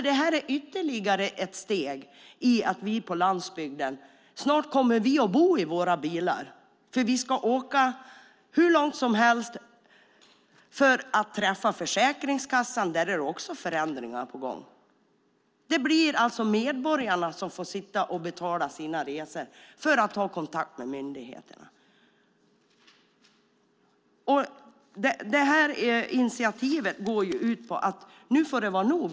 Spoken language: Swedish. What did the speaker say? Detta är ytterligare ett steg mot att vi på landsbygden snart kommer att bo i våra bilar. Vi ska nämligen åka hur långt som helst för att träffa till exempel Försäkringskassan, där det också är förändringar på gång. Det blir medborgarna som får sitta och betala sina resor för att ha kontakt med myndigheterna. Detta initiativ går ut på att det nu får vara nog.